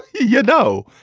you yeah know.